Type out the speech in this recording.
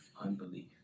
unbelief